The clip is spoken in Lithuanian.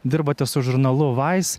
dirbate su žurnalu vais